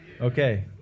Okay